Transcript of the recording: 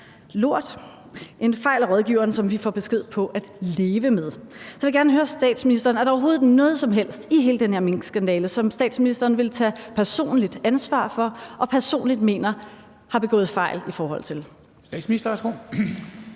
lort; en fejl af rådgiveren, som vi får besked på at leve med. Så jeg vil gerne høre statsministeren: Er der overhovedet noget som helst i hele den her minkskandale, som statsministeren vil tage personligt ansvar for og personligt mener at have begået fejl i forhold til?